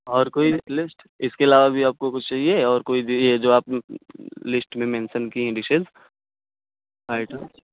اور کوئی لسٹ اس کے علاوہ بھی آپ کو کچھ چاہیے اور کوئی یہ جو آپ لسٹ میں مینشن کیے ہیں ڈشز آئٹمس